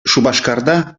шупашкарта